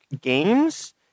Games